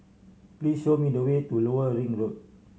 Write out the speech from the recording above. please show me the way to Lower Ring Road